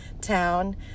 town